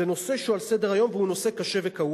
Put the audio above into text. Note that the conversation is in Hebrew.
זה נושא שהוא על סדר-היום והוא נושא קשה וכאוב.